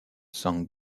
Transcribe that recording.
san